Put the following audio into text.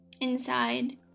inside